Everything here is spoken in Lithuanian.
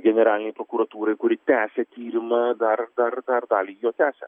generalinei prokuratūrai kuri tęsia tyrimą dar dar dar dalį jo tęsia